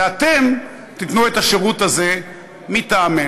ואתן תיתנו את השירות הזה מטעמנו.